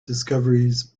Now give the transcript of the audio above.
discoveries